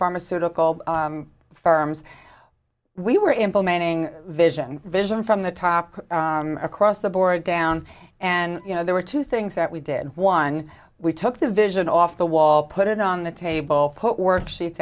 pharmaceutical firms we were implementing vision vision from the top across the board down and you know there were two things that we did one we took the vision off the wall put it on the table put worksheets